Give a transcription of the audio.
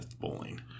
bowling